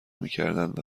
میکردند